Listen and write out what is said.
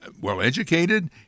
well-educated